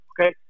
okay